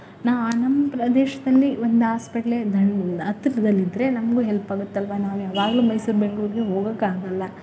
ನಾ ನಮ್ಮ ಪ್ರದೇಶದಲ್ಲಿ ಒಂದು ಆಸ್ಪಿಟ್ಲೇ ದಂಡ ಹತ್ರದಲ್ಲಿದ್ದರೆ ನಮಗೂ ಹೆಲ್ಪ್ ಆಗುತ್ತಲ್ವ ನಾವು ಯಾವಾಗಲೂ ಮೈಸೂರು ಬೆಂಗ್ಳೂರಿಗೆ ಹೋಗೋಕ್ಕಾಗಲ್ಲ